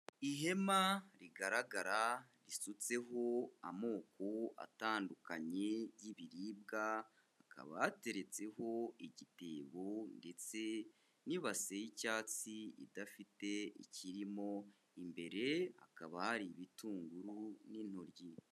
Ihema rigaragara risutseho amoko atandukanye y'ibiribwa, hakaba hateretseho igitebo ndetse n'ibasi y'icyatsi idafite ikirimo, imbere hakaba hari ibitunguru n'intoryi.